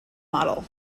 model